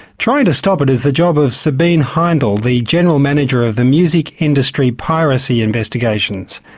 trying to stop it is the job of sabiene heindl, the general manager of the music industry piracy investigations,